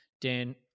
Dan